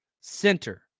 center